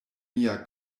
mia